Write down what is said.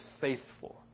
faithful